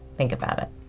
think about it.